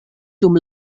dum